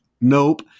Nope